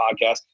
podcast